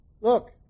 Look